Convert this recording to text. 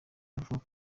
avuga